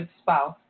spouse